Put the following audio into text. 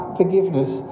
forgiveness